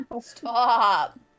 Stop